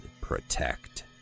Protect